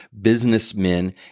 businessmen